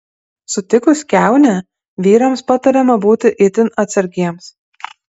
sutikus kiaunę vyrams patariama būti itin atsargiems